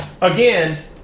Again